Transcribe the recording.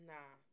Nah